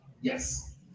yes